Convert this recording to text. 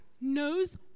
knows